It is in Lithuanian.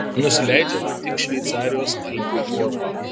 nusileidžiama tik šveicarijos alpių orui